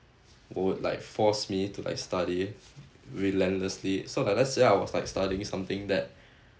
would like force me to like study relentlessly so like let's say I was like studying something that